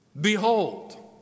Behold